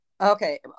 Okay